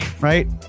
right